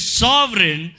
sovereign